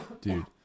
dude